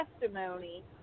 testimony